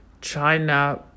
China